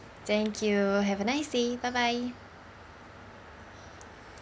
thank you have a nice day bye bye